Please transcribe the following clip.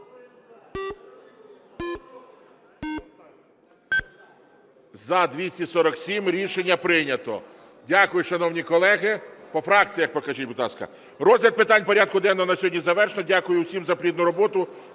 За-247 Рішення прийнято. Дякую, шановні колеги. По фракціях покажіть, будь ласка. Розгляд питань порядку денного на сьогодні завершено. Дякую всім за плідну роботу.